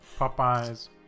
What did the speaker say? Popeyes